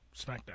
Smackdown